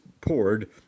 poured